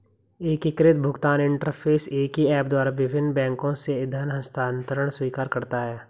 एकीकृत भुगतान इंटरफ़ेस एक ही ऐप द्वारा विभिन्न बैंकों से धन हस्तांतरण स्वीकार करता है